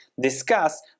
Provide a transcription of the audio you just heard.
discuss